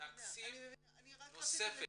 תכנית שהיא עם תקציב נוסף.